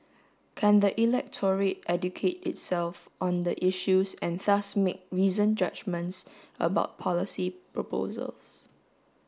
can the electorate educate itself on the issues and thus make reasoned judgements about policy proposals